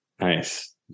Nice